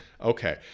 Okay